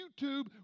YouTube